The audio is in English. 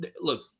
Look